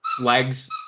legs